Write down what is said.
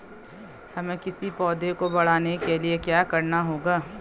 हमें किसी पौधे को बढ़ाने के लिये क्या करना होगा?